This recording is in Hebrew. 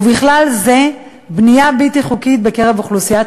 ובכלל זה בנייה בלתי חוקית בקרב אוכלוסיית